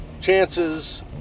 chances